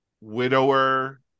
widower